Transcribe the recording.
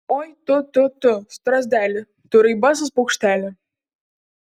oi tu tu tu strazdeli tu raibasis paukšteli